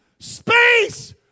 Space